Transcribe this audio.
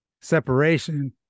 separation